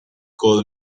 coal